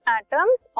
atoms